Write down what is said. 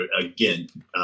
again